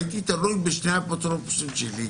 הייתי תלוי בשני האפוטרופוסים שלי.